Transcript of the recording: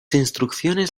instrucciones